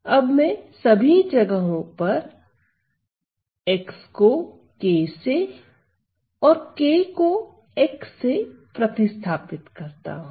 अब मैं सभी जगहों पर x को k से और k को x से प्रतिस्थापित करता हूं